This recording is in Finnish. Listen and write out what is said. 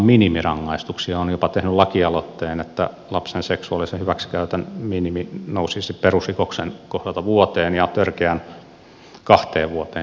olen jopa tehnyt lakialoitteen että lapsen seksuaalisen hyväksikäytön minimirangaistus nousisi perusrikoksen kohdalta vuoteen ja törkeän kahteen vuoteen